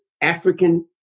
African